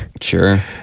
Sure